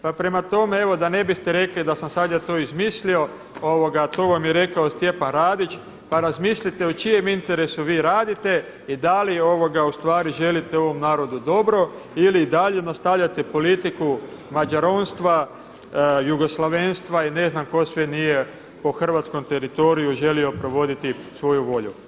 Pa prema tome, evo da ne biste rekli da sam sad ja to izmislio to vam je rekao Stjepan Radić pa razmislite u čijem interesu vi radite i da li u stvari želite ovom narodu dobro ili dalje nastavljate politiku mađaronstva, jugoslavenstva i ne znam tko sve nije po hrvatskom teritoriju želio provoditi svoju volju.